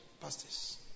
pastors